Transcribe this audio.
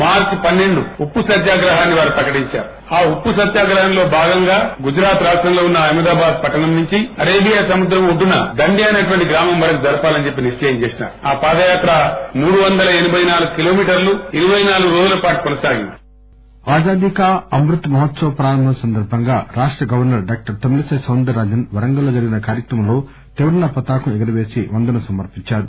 గవర్స ర్ ఆజాదీ కా అమ్రిత్ మహోత్సవ్ ప్రారంభం సందర్బంగా రాష్ట governor doctor Tamilisai Soundararajan Warangal లో జరిగిన కార్యక్రమంలో త్రివర్ణ పతాకం ఎగురపేసి వందనం సమర్పించారు